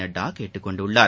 நட்டா கேட்டுக் கொண்டுள்ளார்